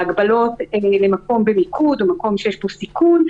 הגבלות מקום במיקוד או מקום שיש בו סיכון,